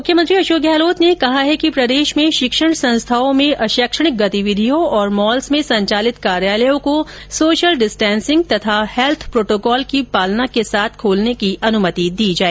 मुख्यमंत्री अशोक गहलोत ने कहा है कि प्रदेश में शिक्षण संस्थाओं में अशैक्षणिक गतिविधियों और मॉल्स में संचालित कार्यालयों को सोशल डिस्टेंसिंग तथा हैल्थ प्रोटोकॉल की पालना के साथ खोलने की अनुमति दी जाए